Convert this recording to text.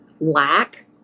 lack